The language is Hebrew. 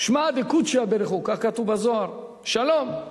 "שמיה דקודשא בריך הוא", כך כתוב בזוהר, שלום.